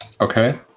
Okay